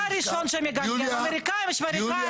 מצרפת ומארצות הברית ומאוקראינה ומרוסיה